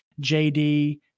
jd